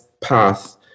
path